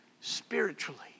spiritually